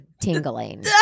tingling